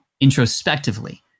introspectively